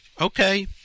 okay